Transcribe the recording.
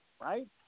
right